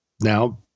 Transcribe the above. now